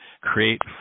create